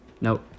Nope